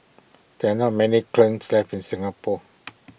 there are not many kilns left in Singapore